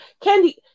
Candy